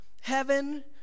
heaven